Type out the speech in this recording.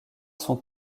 son